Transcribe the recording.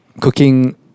cooking